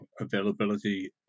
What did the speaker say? availability